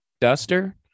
duster